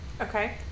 Okay